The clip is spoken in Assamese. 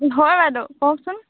হয় বাইদেউ কওকচোন